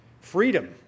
freedom